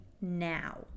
now